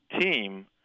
team